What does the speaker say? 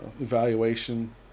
evaluation